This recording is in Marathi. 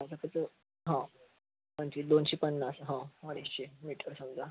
आता कसं हो पंचवीस दोनशे पन्नास हो अडीचशे मीटर समजा